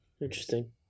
Interesting